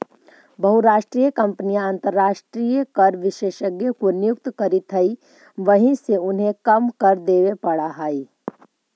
बहुराष्ट्रीय कंपनियां अंतरराष्ट्रीय कर विशेषज्ञ को नियुक्त करित हई वहिसे उन्हें कम कर देवे पड़ा है